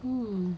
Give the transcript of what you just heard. hmm